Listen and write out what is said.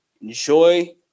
Enjoy